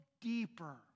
deeper